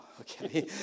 okay